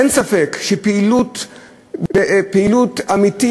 אין ספק שבפעילות אמיתית,